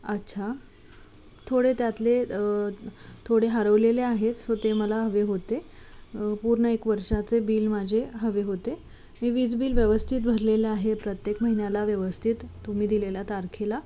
अच्छा थोडे त्यातले थोडे हरवलेले आहेत सो ते मला हवे होते पूर्ण एक वर्षाचे बिल माझे हवे होते मी वीज बिल व्यवस्थित भरलेले आहे प्रत्येक महिन्याला व्यवस्थित तुम्ही दिलेल्या तारखेला